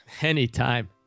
Anytime